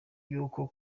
yuko